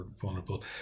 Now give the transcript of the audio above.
vulnerable